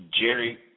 Jerry